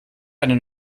eine